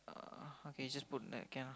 uh okay just put that can ah